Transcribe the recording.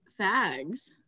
fags